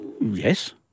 Yes